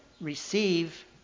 Receive